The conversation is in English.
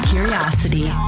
Curiosity